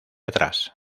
atrás